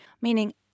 meaning